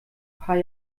paar